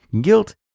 Guilt